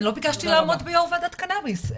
אני לא ביקשתי לעמוד ביושבת ראש ועדת קנאביס.